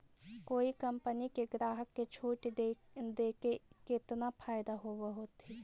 कोई कंपनी के ग्राहक के छूट देके केतना फयदा होब होतई?